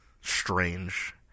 strange